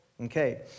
okay